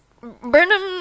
Burnham